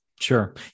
Sure